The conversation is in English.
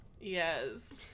Yes